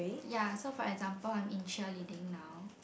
ya so for example I'm in cheerleading now